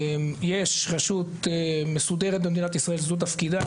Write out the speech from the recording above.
יש רשות מסודרת במדינת ישראל שזה תפקידה,